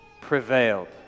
prevailed